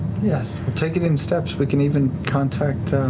yes, we'll take it in steps. we can even contact,